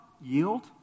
yield